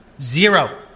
Zero